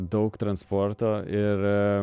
daug transporto ir